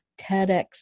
TEDx